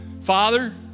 Father